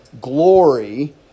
glory